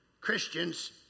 Christians